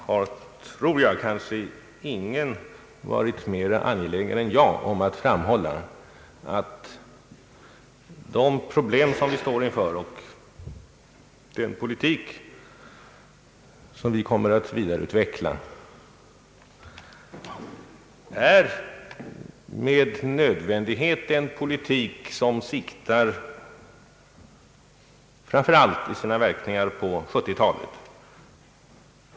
Jag tror att ingen har varit mera angelägen än jag om att framhålla att den politik som vi kommer att vidareutveckla för att lösa de problem vi står inför med nödvändighet är en politik som i sina verkningar siktar framför allt på 1970-talet.